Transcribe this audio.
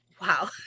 wow